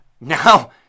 now